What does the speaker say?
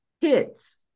hits